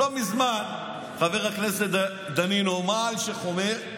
לא מזמן, חבר הכנסת דנינו, מה אלשיך אומר?